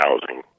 housing